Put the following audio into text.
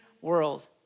world